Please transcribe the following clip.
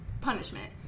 Punishment